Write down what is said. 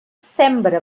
sembra